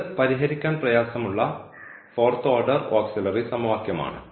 ഇത് പരിഹരിക്കാൻ പ്രയാസമുള്ള ഫോർത്ത് ഓർഡർ ഓക്സിലറി സമവാക്യമാണ്